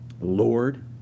Lord